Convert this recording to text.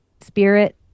spirit